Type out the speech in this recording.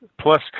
Plus